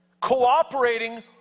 Cooperating